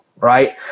right